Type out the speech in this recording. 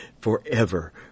forever